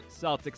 Celtics